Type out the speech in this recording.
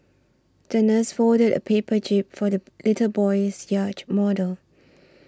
the nurse folded a paper jib for the little boy's yacht model